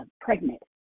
pregnant